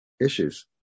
issues